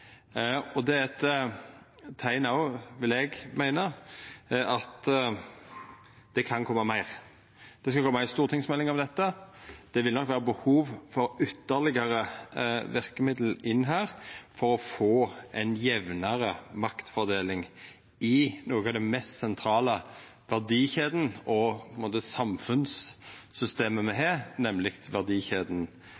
Det er også eit teikn, vil eg meina, at det kan koma meir. Det skal koma ei stortingsmelding om dette. Det vil nok vera behov for ytterlegare verkemiddel her for å få ei jamnare maktfordeling i noko av den mest sentrale verdikjeda og samfunnssystemet me